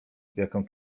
jaką